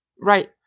Right